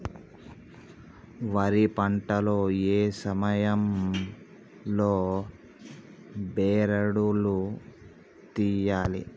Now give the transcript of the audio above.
వరి పంట లో ఏ సమయం లో బెరడు లు తియ్యాలి?